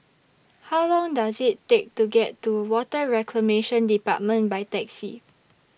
How Long Does IT Take to get to Water Reclamation department By Taxi